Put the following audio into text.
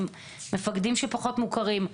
עם מפקדים שפחות מוכרים להם,